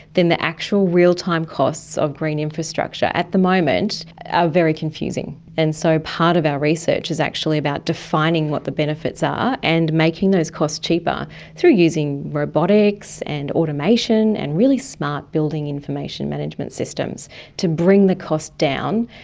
then the actual real-time costs of green infrastructure at the moment are very confusing. and so part of our research is actually about defining what the benefits are and making those costs cheaper through using robotics and automation and really smart building information management systems to bring the cost down,